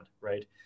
right